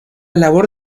labor